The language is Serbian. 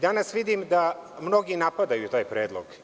Danas vidim da me mnogi napadaju taj predlog.